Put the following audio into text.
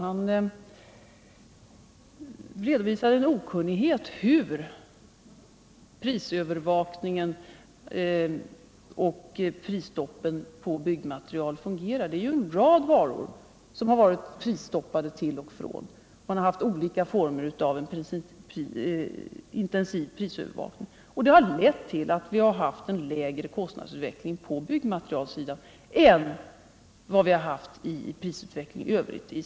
Han redovisade en okunnighei om hur prisövervakningen och prisstoppen på byggnadsmaterial fungerar. Det är ju en rad varor som till och från har varit prisstoppade. Man har haft en intensiv prisövervakning i olika former, och det har lett till en lägre kostnadsutveckling på byggmaterialområdet än inom samhället i övrigt.